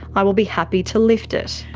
i will be happy to lift it.